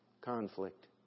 Conflict